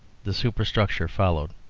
the superstructure followed.